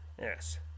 Yes